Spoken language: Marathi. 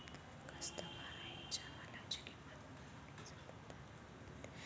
कास्तकाराइच्या मालाची किंमत नेहमी चढ उतार काऊन होते?